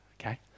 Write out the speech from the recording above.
Okay